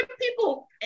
people